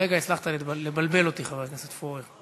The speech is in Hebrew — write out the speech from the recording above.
לרגע הצלחת לבלבל אותי, חבר הכנסת פורר.